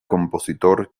compositor